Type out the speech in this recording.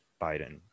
Biden